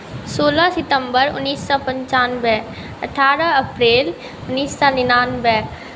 सोलह सितम्बर उन्नैस सए पञ्चानबे अठारह अप्रिल उन्नैस सए निनानबे